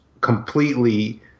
completely